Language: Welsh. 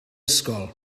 ysgol